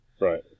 Right